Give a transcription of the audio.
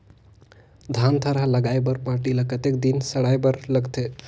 धान थरहा लगाय बर माटी ल कतेक दिन सड़ाय बर लगथे?